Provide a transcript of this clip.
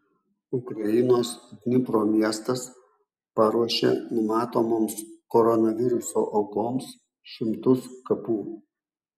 ukrainos dnipro miestas paruošė numatomoms koronaviruso aukoms šimtus kapų